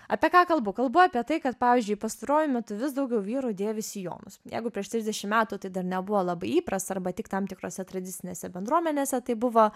apie ką kalbu kalbu apie tai kad pavyzdžiui pastaruoju metu vis daugiau vyrų dėvi sijonus jeigu prieš trisdešim metų tai dar nebuvo labai įprasta arba tik tam tikrose tradicinėse bendruomenėse tai buvo